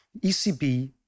ECB